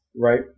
right